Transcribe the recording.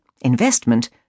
investment